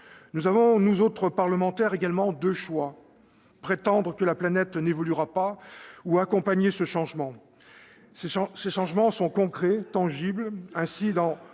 futures. Nous autres parlementaires avons également deux choix : prétendre que la planète n'évoluera pas ou accompagner ce changement. Ces changements sont concrets, tangibles. Ainsi, dans